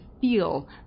feel